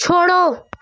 छोड़ो